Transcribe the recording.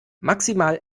maximal